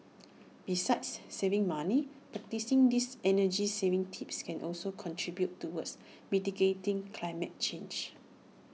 besides saving money practising these energy saving tips can also contribute towards mitigating climate change